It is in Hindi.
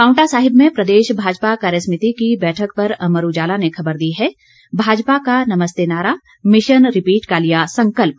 पांवटा साहिब में प्रदेश भाजपा कार्यसमिति की बैठक पर अमर उजाला ने खबर दी है भाजपा का नमस्ते नारा मिशन रिपीट का लिया संकल्प